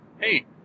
Hey